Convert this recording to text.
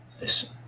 Listen